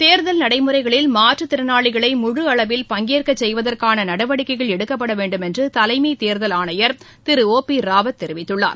தேர்தல் நடைமுறைகளில் மாற்றுத்திறனாளிகளை முழு அளவில் பங்கேற்க செய்வதற்கான நடவடிக்கைகள் எடுக்கப்பட வேண்டும் என்று தலைமைத் தேர்தல் ஆணையர் திரு ஓ பி ராவத் தெரிவித்துள்ளார்